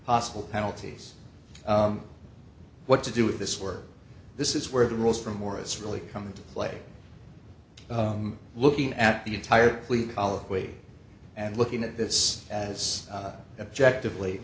possible penalties what to do with this work this is where the rules for morris really come into play looking at the entire way and looking at this as objective la